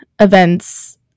events